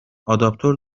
آداپتور